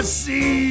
see